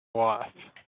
wife